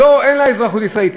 אין לה אזרחות ישראלית.